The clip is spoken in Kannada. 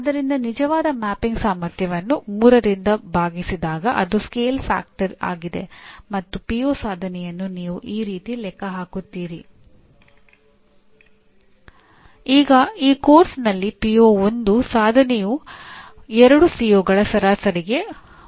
ಆದ್ದರಿಂದ ಆ ಮಟ್ಟಿಗೆ ಶ್ರೇಣಿ 1 ಮತ್ತು ಶ್ರೇಣಿ 2 ಸಂಸ್ಥೆಗಳು ಸ್ವಲ್ಪ ಭಿನ್ನವಾಗಿರುತ್ತವೆ ಮತ್ತು ಆ ಮಟ್ಟಿಗೆ ವಿಭಿನ್ನ ಮಾನದಂಡಗಳಿಗೆ ನಿಗದಿಪಡಿಸಿದ ಅಂಕಗಳೂ ವಿಭಿನ್ನವಾಗಿವೆ